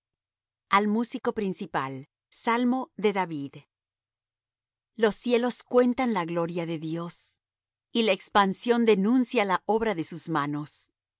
al músico principal salmo de david los cielos cuentan la gloria de dios y la expansión denuncia la obra de sus manos